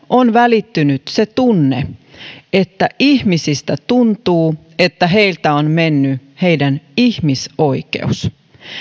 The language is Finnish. on välittynyt se että ihmisistä tuntuu että heiltä on mennyt heidän ihmisoikeutensa